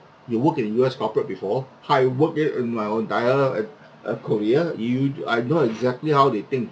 you work at U_S corporate before how you work it my entire at korea you I know exactly how they think